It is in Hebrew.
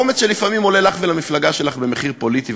אומץ שלפעמים עולה לך ולמפלגה שלך במחיר פוליטי,